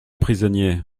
prisonnier